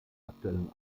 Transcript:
aktuellen